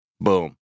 Boom